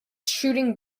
shooting